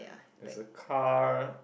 there's a car